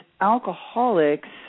alcoholics